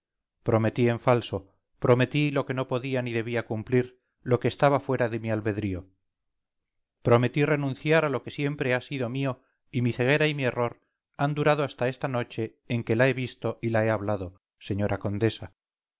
prometí en falso prometí lo que no podía ni debía cumplir lo que estaba fuera de mi albedrío prometí renunciar a lo que siempre ha sido mío y mi ceguera y mi error han durado hasta esta noche en que la he visto y la he hablado señora condesa